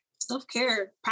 self-care